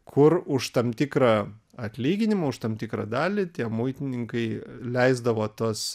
kur už tam tikrą atlyginimą už tam tikrą dalį tie muitininkai leisdavo tuos